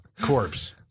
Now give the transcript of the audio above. corpse